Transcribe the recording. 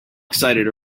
excited